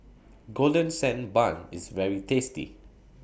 Golden Sand Bun IS very tasty